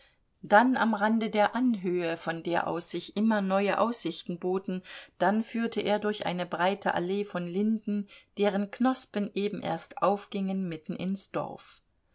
dann am rande der anhöhe von der aus sich immer neue aussichten boten dann führte er durch eine breite allee von linden deren knospen eben erst aufgingen mitten ins dorf